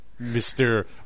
Mr